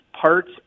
parts